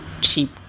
cheap